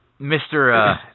Mr